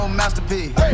masterpiece